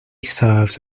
serves